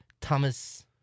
Thomas